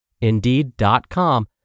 Indeed.com